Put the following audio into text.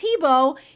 Tebow